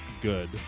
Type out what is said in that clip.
good